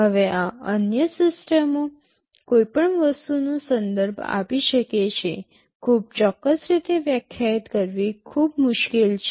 હવે આ અન્ય સિસ્ટમો કોઈપણ વસ્તુનો સંદર્ભ આપી શકે છે ખૂબ ચોક્કસ રીતે વ્યાખ્યાયિત કરવી ખૂબ મુશ્કેલ છે